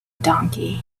donkey